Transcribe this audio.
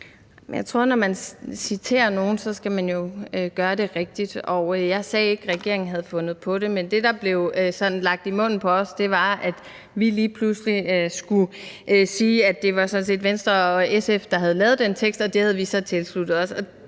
Wermelin): Når man citerer nogen, skal man gøre det rigtigt, tror jeg, og jeg sagde ikke, at regeringen havde fundet på det. Men det, der blev lagt i munden på os, var, at vi lige pludselig skulle sige, at det sådan set var Venstre og SF, der havde lavet den tekst, og det havde vi så tilsluttet os.